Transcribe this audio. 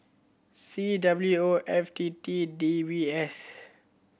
C W O F T T D B S